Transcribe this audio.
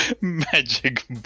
Magic